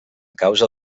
causa